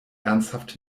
ernsthaft